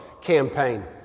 campaign